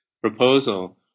proposal